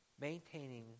Maintaining